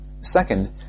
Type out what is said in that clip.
Second